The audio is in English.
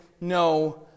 no